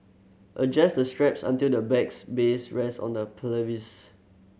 adjust the straps until the bag's base rest on the pelvis